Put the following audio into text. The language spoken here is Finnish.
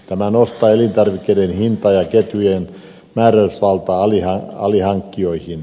tämä nostaa elintarvikkeiden hintaa ja ketjujen määräysvaltaa alihankkijoihin